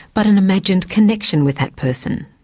but an imagined connection with that person.